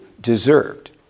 deserved